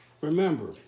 Remember